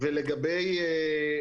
וב-50% זה בעיקרון נוסע במושב,